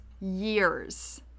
years